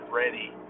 ready